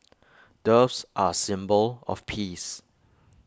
doves are A symbol of peace